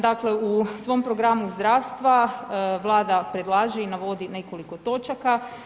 Dakle u svom programu zdravstva Vlada predlaže i navodi nekoliko točaka.